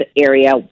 area